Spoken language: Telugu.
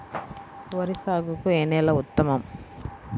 వరి సాగుకు ఏ నేల ఉత్తమం?